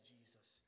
Jesus